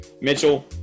Mitchell